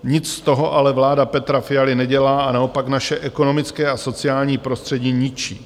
Nic z toho ale vláda Petra Fialy nedělá a naopak naše ekonomické a sociální prostředí ničí.